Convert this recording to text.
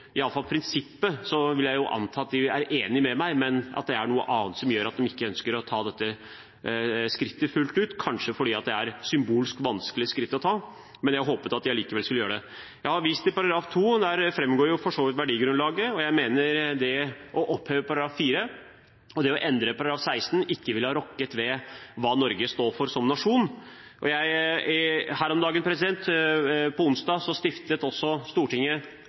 vil jeg anta at de er enige med meg, men at det er noe annet som gjør at de ikke ønsker å ta dette skrittet fullt ut, kanskje fordi det er et symbolsk vanskelig skritt å ta, men jeg håpet at de allikevel skulle gjøre det. Jeg har vist til § 2, og der framgår for så vidt verdigrunnlaget, og jeg mener det å oppheve § 4 og å endre § 16 ikke ville ha rokket ved hva Norge står for som nasjon. På onsdag stiftet Stortinget sin religionsfrihetsgruppe, og samtlige partier på Stortinget